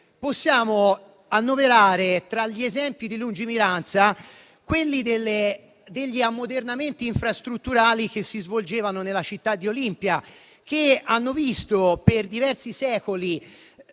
possiamo annoverare, tra gli esempi di lungimiranza, gli ammodernamenti infrastrutturali che si svolgevano nella città di Olimpia. Per diversi secoli